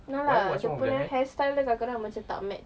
no lah dia punya hairstyle dia kadang-kadang macam tak match